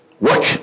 work